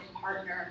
partner